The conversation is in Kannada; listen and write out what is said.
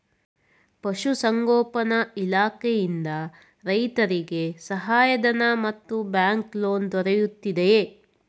ಪಶು ಸಂಗೋಪನಾ ಇಲಾಖೆಯಿಂದ ರೈತರಿಗೆ ಸಹಾಯ ಧನ ಮತ್ತು ಬ್ಯಾಂಕ್ ಲೋನ್ ದೊರೆಯುತ್ತಿದೆಯೇ?